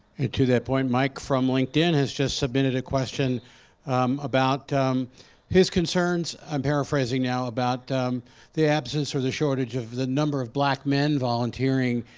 to that point, mike from linkedin has just submitted a question um about his concerns. i'm paraphrasing now about the absence or the shortage of the number of black men volunteering.